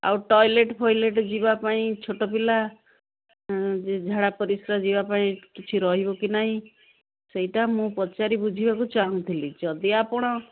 ଆଉ ଟଏଲେଟ୍ ଫଏଲେଟ୍ ଯିବା ପାଇଁ ଛୋଟ ପିଲା ଯେ ଝାଡ଼ା ପରିଶ୍ରା ଯିବା ପାଇଁ କିଛି ରହିବ କି ନାହିଁ ସେଇଟା ମୁଁ ପଚାରି ବୁଝିବାକୁ ଚାହୁଁଥିଲି ଯଦି ଆପଣ